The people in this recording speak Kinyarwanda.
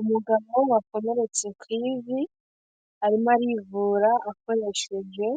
Umugabo wakomeretse ku ivi arimo arivura akoresheje